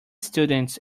students